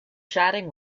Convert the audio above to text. chatting